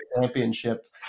championships